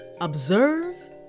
Observe